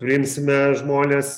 priimsime žmones